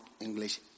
English